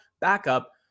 backup